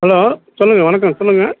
hello சொல்லுங்க வணக்கம் சொல்லுங்க